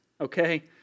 okay